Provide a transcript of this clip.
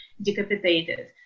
Decapitated